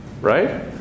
right